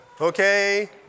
Okay